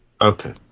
Okay